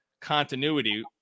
continuity